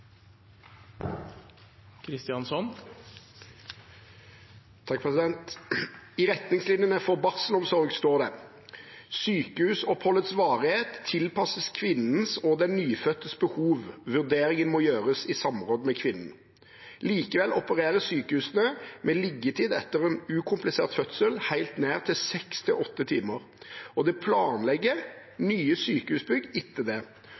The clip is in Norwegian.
den nyfødtes behov. Vurderingen gjøres i samråd med kvinnen.» Likevel opererer sykehusene med liggetid etter en ukomplisert fødsel helt ned til seks til åtte timer og planlegger sengeplassene i nye sykehusbygg etter det.